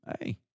Hey